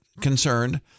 concerned